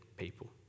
people